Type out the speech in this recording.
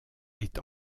est